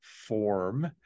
form